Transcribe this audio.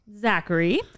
Zachary